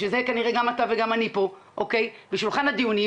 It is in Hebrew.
בשביל זה גם אתה וגם אני פה בשולחן הדיונים,